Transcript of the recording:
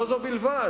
לא זו בלבד,